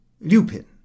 Lupin